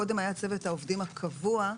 קודם היה צוות העובדים הקבוע.